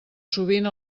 sovint